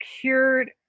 cured